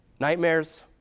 Nightmares